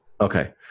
Okay